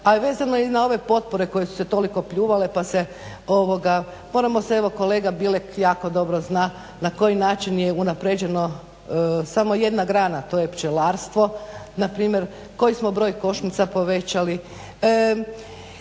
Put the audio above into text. a vezano je i na ove potpore koje su toliko pljuvale pa se toliko pljuvale, pa se, moramo se evo kolega Bilek jako dobro zna na koji način je unaprijeđeno samo jedna grana, to je pčelarstvo. Npr. koji smo broj košnica povećali.